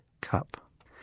cup